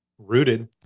Rooted